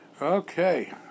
Okay